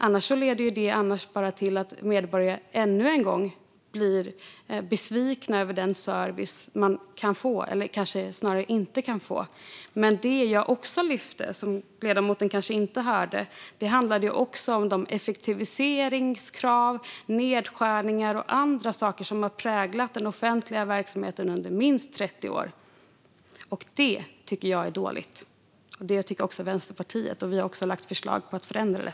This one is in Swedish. Annars leder det bara till att medborgare ännu en gång blir besvikna över den service de kan få, eller kanske snarare inte kan få. Det som jag också lyfte fram men som ledamoten kanske inte hörde handlade om de effektiviseringskrav, nedskärningar och andra saker som har präglat den offentliga verksamheten under minst 30 år. Detta tycker jag och Vänsterpartiet är dåligt, och vi har lagt fram förslag för att förändra det.